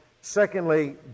Secondly